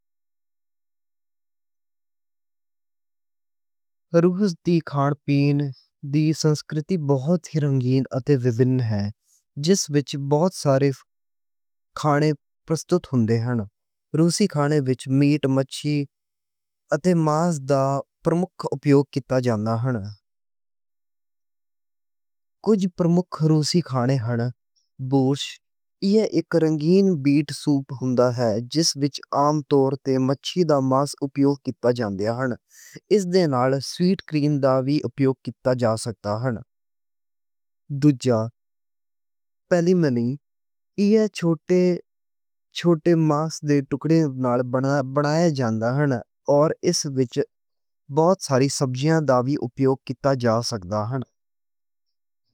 روس دی کھان پین دی ثقافتی بہت ہی رنگین تے وکھری ہے۔ جس وچ بہت سارے کھانے پیش کیتے جاندے نیں۔ روسی کھانے وچ میٹ، مچھی تے ماس دا مُکھ اُپیوگ کیتا جاندا ہے۔ کُجھ مُکھ روسی کھانے نیں بورشٹ جیہڑا ایک رنگین بیٹ سوپ ہوندا ہے۔ جس وچ عام طور تے گوشت دا وی اُپیوگ کیتا جاندا ہے۔ اس دے نال سمیتانا دا وی اُپیوگ کیتا جا سکدا ہے۔ دُوجا پیلمنی جیہڑے چھوٹے ماس دے ٹکڑے نال بنائے جاندے نیں۔ تے اس وچ بہت ساریاں سبزیاں دا وی اُپیوگ کیتا جا سکدا اے۔